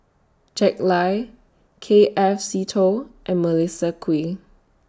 Jack Lai K F Seetoh and Melissa Kwee